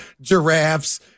giraffes